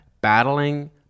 Battling